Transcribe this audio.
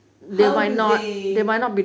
how do they